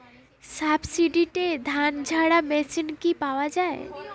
সাবসিডিতে ধানঝাড়া মেশিন কি পাওয়া য়ায়?